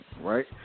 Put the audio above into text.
right